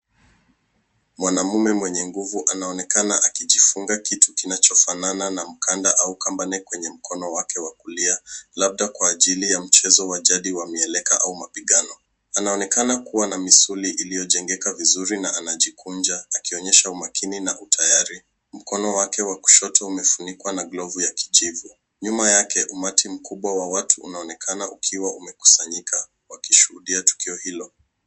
Mwanamume mwenye nguvu anaonekana akijifunga kitu kinachofanana na mkanda au kamba nene kwenye mkono wake wa kulia labda kwa ajili ya mchezo wa jadi wa mieleka au mapigano. Anaonekana kuwa na misuli iliyojengeka vizuri na anajikunja akionyesha umakini na utayari. Mkono wake wa kushoto umefunikwa na glovu ya kijivu. Nyuma yake umati mkubwa wa watu unaonekana ukiwa umekusanyika wakishuhudia tukio hilo.